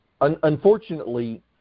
unfortunately